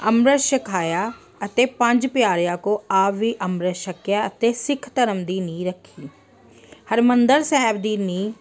ਅੰਮ੍ਰਿਤ ਛਕਾਇਆ ਅਤੇ ਪੰਜ ਪਿਆਰਿਆਂ ਕੋਲ ਆਪ ਵੀ ਅੰਮ੍ਰਿਤ ਛਕਿਆ ਅਤੇ ਸਿੱਖ ਧਰਮ ਦੀ ਨੀਂਹ ਰੱਖੀ ਹਰਿਮੰਦਰ ਸਾਹਿਬ ਦੀ ਨੀਂਹ